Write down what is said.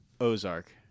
Ozark